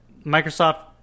microsoft